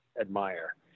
admire